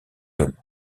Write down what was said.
homme